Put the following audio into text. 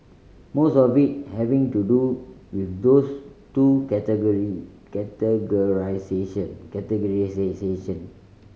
most of it having to do with those two categorisation